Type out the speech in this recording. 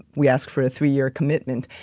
we asked for a three-year commitment.